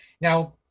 now